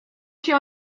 się